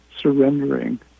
surrendering